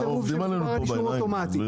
מה זה אותו דבר?